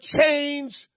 change